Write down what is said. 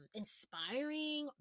inspiring